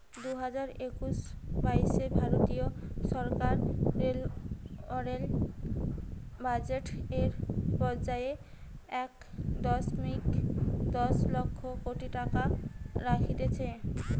দুইহাজার একুশ বাইশে ভারতীয় সরকার রেলওয়ে বাজেট এ পর্যায়ে এক দশমিক দশ লক্ষ কোটি টাকা রাখতিছে